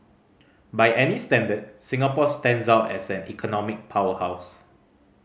by any standard Singapore stands out as an economic powerhouse